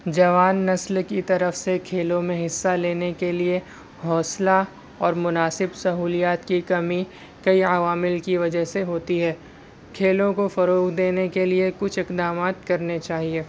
جوان نسل کی طرف سے کھیلوں میں حصہ لینے کے لیے حوصلہ اور مناسب سہولیات کی کمی کئی عوامل کی وجہ سے ہوتی ہے کھیلوں کو فروغ دینے کے لیے کچھ اقدامات کرنے چاہیے